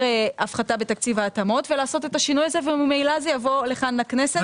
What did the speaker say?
הפחתה בתקציב ההתאמות ולעשות את השינוי הזה וממילא זה יבוא לכאן לכנסת.